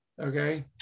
Okay